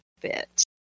bit